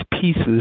pieces